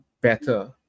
better